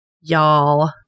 Y'all